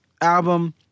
album